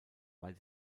weil